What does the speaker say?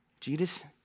Jesus